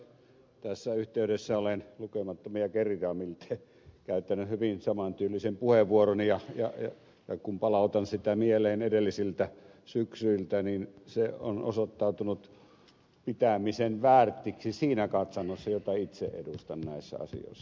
tässä yhteydessä olen miltei lukemattomia kertoja käyttänyt saman tyylisen puheenvuoron ja kun palautan sitä mieleen edellisiltä syksyiltä se on osoittautunut pitämisen väärtiksi siinä katsannossa jota itse edustan näissä asioissa